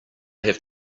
have